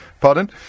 Pardon